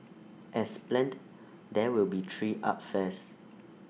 as planned there will be three art fairs